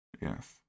Yes